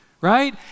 right